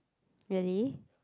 really